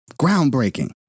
groundbreaking